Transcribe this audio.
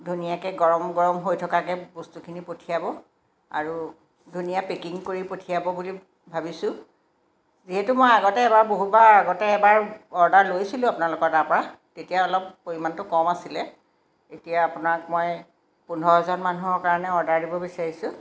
ধুনীয়াকৈ গৰম গৰম হৈ থকাকৈ বস্তুখিনি পঠিয়াব আৰু ধুনীয়া পেকিং কৰি পঠিয়াব বুলি ভাবিছোঁ যিহেতু মই আগতে এবাৰ বহুবাৰ আগতে এবাৰ অৰ্ডাৰ লৈছিলোঁ আপোনালোকৰ তাৰ পৰা তেতিয়া অলপ পৰিমাণটো কম আছিলে এতিয়া আপোনাক মই পোন্ধৰজন মানুহৰ কাৰণে অৰ্ডাৰ দিব বিচাৰিছোঁ